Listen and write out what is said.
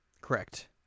correct